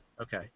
Okay